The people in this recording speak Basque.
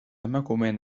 emakumeen